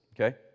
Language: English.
Okay